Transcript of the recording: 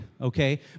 okay